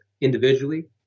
individually